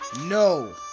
no